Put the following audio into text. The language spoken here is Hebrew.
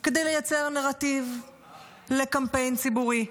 כדי לייצר נרטיב לקמפיין ציבורי.